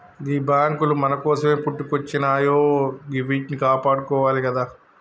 గీ బాంకులు మన కోసమే పుట్టుకొచ్జినయాయె గివ్విట్నీ కాపాడుకోవాలె గదా